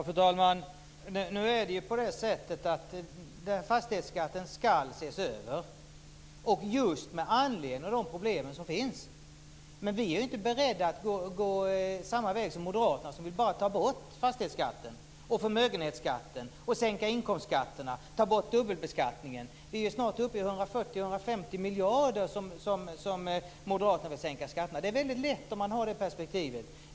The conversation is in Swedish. Fru talman! Fastighetsskatten ska ses över just med anledning av de problem som finns. Men vi är inte beredda att gå samma väg som Moderaterna som bara vill ta bort fastighetsskatten och förmögenhetsskatten, sänka inkomstskatterna och ta bort dubbelbeskattningen. Vi är snart uppe i 140-150 miljarder som Moderaterna vill sänka skatterna med. Det är väldigt lätt om man har det perspektivet.